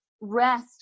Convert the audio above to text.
rest